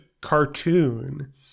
cartoon